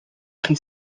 chi